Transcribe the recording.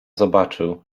zobaczył